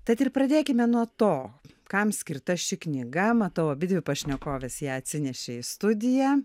tad ir pradėkime nuo to kam skirta ši knyga matau abidvi pašnekovės ją atsinešė į studiją